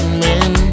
men